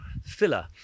filler